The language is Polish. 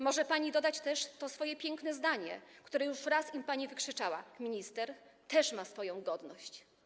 Może pani też dodać to swoje piękne zdanie, które już raz im pani wykrzyczała: Minister też ma swoją godność.